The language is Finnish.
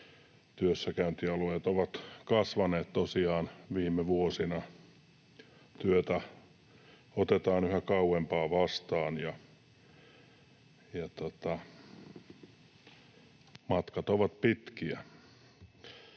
työssäkäyntialueet ovat kasvaneet tosiaan viime vuosina. Työtä otetaan yhä kauempaa vastaan ja matkat ovat pitkiä.